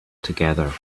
together